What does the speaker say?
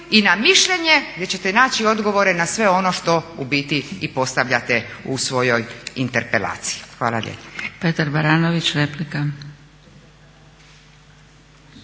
i na mišljenje gdje ćete način odgovore na sve ono što u biti i postavljate u svojoj interpelaciji. Hvala lijepo.